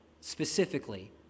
specifically